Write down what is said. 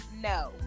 No